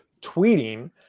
tweeting